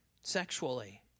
sexually